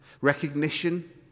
recognition